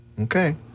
Okay